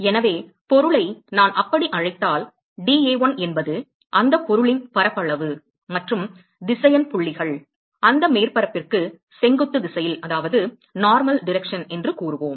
எனவே பொருளை நான் அப்படி அழைத்தால் dA1 என்பது அந்தப் பொருளின் பரப்பளவு மற்றும் திசையன் புள்ளிகள் அந்த மேற்பரப்பிற்கு செங்குத்து திசையில் என்று கூறுவோம்